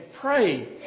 pray